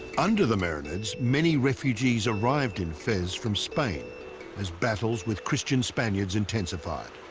under the marinades many refugees arrived in fez from spain as battles with christian spaniards intensified.